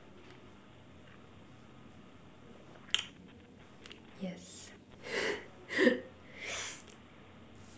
yes